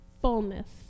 fullness